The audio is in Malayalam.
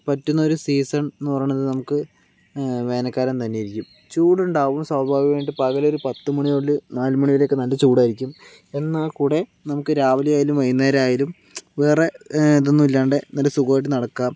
പറ്റുന്നൊരു സീസൺ എന്നു പറയുന്നത് നമുക്ക് വേനൽക്കാലം തന്നെയായിരിക്കും ചൂടുണ്ടാവും സ്വാഭാവികമായിട്ടും പകലൊരു പത്ത് മണി മുതല് നാലു മണിവരെയൊക്കെ നല്ല ചൂടായിരിക്കും എന്നാക്കൂടെ നമുക്ക് രാവിലെയായാലും വൈന്നേരായാലും വേറെ ഇതൊന്നും ഇല്ലാണ്ട് സുഖമായിട്ട് നടക്കാം